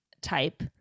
type